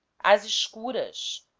as escuras,